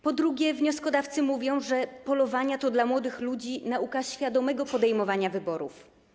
Po drugie, wnioskodawcy mówią, że polowania to dla młodych ludzi nauka świadomego podejmowania wyborów.